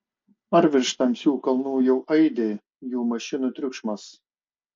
ar virš tamsių kalnų jau aidi jų mašinų triukšmas